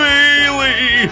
Bailey